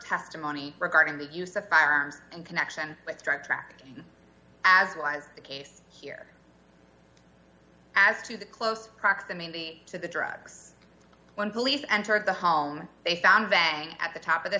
testimony regarding the use of firearms in connection with drug trafficking as was the case here as to the close proximity to the drugs when police entered the home they found vang at the top of the